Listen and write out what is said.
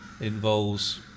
involves